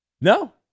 No